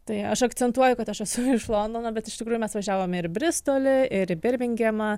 tai aš akcentuoju kad aš esu iš londono bet iš tikrųjų mes važiavom ir į bristolį ir į birmingemą